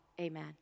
Amen